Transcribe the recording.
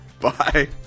Bye